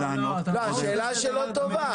השאלה היא שאלה טובה.